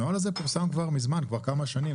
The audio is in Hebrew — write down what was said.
הנוהל הזה פורסם כבר מזמן, כבר כמה שנים.